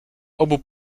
obu